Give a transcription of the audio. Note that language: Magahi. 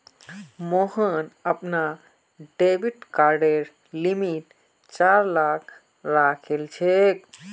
मोहन अपनार डेबिट कार्डेर लिमिट चार लाख राखिलछेक